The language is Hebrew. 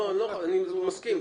אני מסכים.